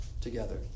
together